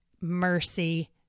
mercy